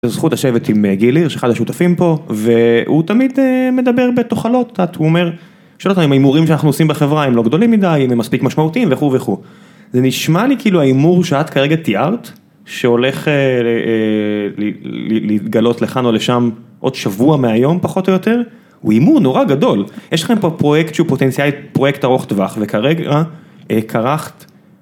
זו זכות לשבת עם גילי, שאחד השותפים פה, והוא תמיד מדבר בתוכלות, את יודעת הוא אומר, שואל אותם אם ההימורים שאנחנו עושים בחברה הם לא גדולים מדי, אם הם מספיק משמעותיים וכו' וכו', זה נשמע לי כאילו ההימור שאת כרגע תיארת, שהולך ל..ל.. להתגלות לכאן או לשם עוד שבוע מהיום פחות או יותר, הוא הימור נורא גדול, יש לכם פה פרויקט שהוא פוטנציאלית פרויקט ארוך טווח, וכרגע כרחת.